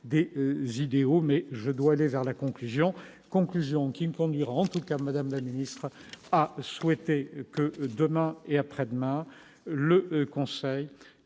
D vidéo mais je dois désert la conclusion, conclusion qui ne conduira en tout cas Madame administre a souhaité que demain et après-demain, le Conseil